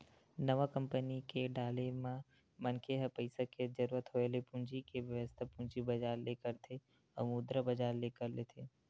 नवा कंपनी के डाले म मनखे ह पइसा के जरुरत होय ले पूंजी के बेवस्था पूंजी बजार ले करथे अउ मुद्रा बजार ले कर लेथे